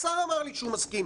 גם השר אמר לי שהוא מסכים,